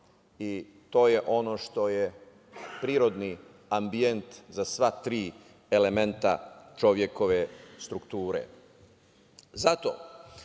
i to je ono što je prirodni ambijent za sva tri elementa čovekove strukture. Zato,